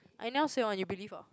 I anyhow say one you believe ah